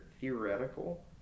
theoretical